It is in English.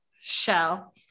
shell